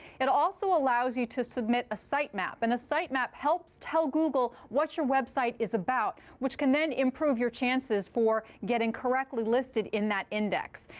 it also allows you to submit a site map. and a site map helps tell google what your website is about, which can then improve your chances for getting correctly listed in that index.